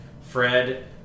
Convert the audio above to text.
Fred